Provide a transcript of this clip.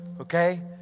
Okay